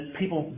people